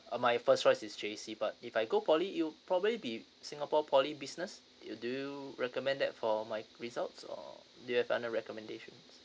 uh my first choice is J_C but if I go poly it would probably be singapore poly business you do you recommend that for my results or do you have other recommendation